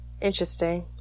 Interesting